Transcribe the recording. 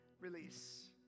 release